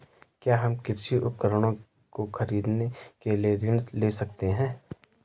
क्या हम कृषि उपकरणों को खरीदने के लिए ऋण ले सकते हैं?